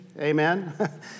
Amen